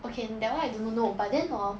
okay that one I don't know no but then hor